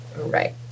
right